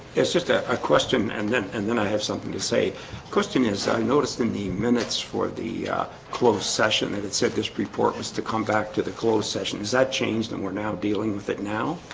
it's just a ah question and then and then i have something to say question is i noticed in the minutes for the closed session that it said this report was to come back to the closed session. is that change then we're now dealing with it now